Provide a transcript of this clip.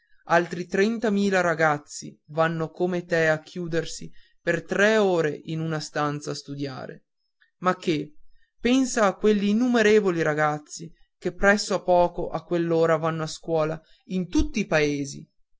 altri trentamila ragazzi vanno come te a chiudersi per tre ore in una stanza a studiare ma che pensa agli innumerevoli ragazzi che presso a poco a quell'ora vanno a scuola in tutti i paesi